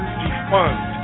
defund